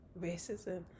racism